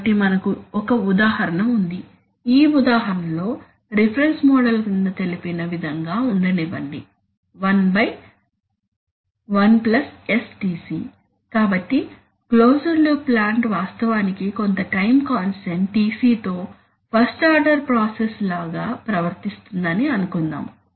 కాబట్టి మనకు ఒక ఉదాహరణ ఉంది ఈ ఉదాహరణలో రిఫరెన్స్ మోడల్ క్రింద తెలిపిన విధంగా ఉండనివ్వండి 11STc కాబట్టి క్లోజ్డ్ లూప్ ప్లాంట్ వాస్తవానికి కొంత టైం కాన్స్టాంట్ Tc తో ఫస్ట్ ఆర్డర్ ప్రాసెస్ లాగా ప్రవర్తిస్తుందని అనుకుందాం